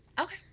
Okay